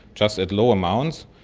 just at low amounts.